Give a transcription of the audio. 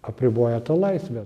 apriboja tą laisvę